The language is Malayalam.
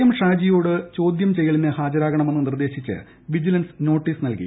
എം ഷാജിയോട് പ്പോദ്യം ചെയ്യലിന് ഹാജരാകണമെന്ന് നിർദ്ദേശിച്ച് വിജിലൻസ് നോട്ടീസ് നൽകി